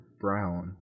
brown